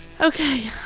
okay